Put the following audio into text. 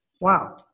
Wow